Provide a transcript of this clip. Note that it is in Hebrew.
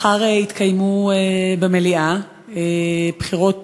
מחר יתקיימו במליאה בחירות